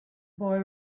boy